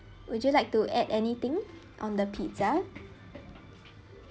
would you like to add anything on the pizza